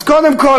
אז קודם כול,